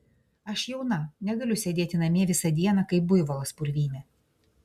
aš jauna negaliu sėdėti namie visą dieną kaip buivolas purvyne